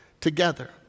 together